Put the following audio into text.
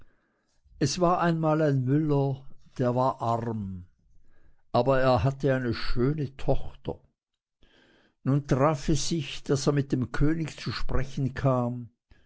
es war einmal ein müller der war arm aber er hatte eine schöne tochter nun traf es sich daß er mit dem könig zu sprechen kam